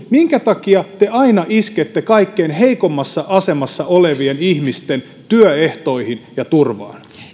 minkä takia te aina iskette kaikkein heikoimmassa asemassa olevien ihmisten työehtoihin ja turvaan